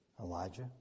Elijah